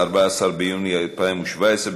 14 ביוני 2017,